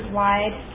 wide